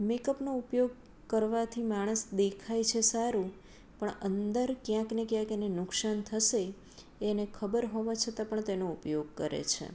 મેકઅપનો ઉપયોગ કરવાથી માણસ દેખાય છે સારો પણ અંદર ક્યાંકને ક્યાંક એને નુકસાન થશે એ એને ખબર હોવા છતાં પણ તે એનો ઉપયોગ કરે છે